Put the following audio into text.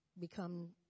become